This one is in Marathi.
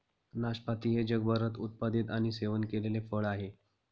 नाशपाती हे जगभरात उत्पादित आणि सेवन केलेले फळ आहे